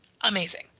Amazing